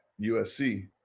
USC